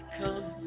come